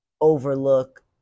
overlook